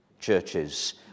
churches